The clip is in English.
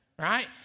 right